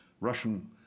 Russian